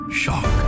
shock